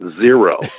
zero